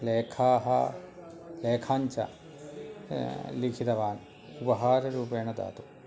लेखाः लेखान् च लिखितवान् उपहाररूपेण दातुम्